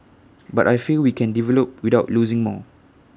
but I feel we can develop without losing more